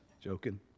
Joking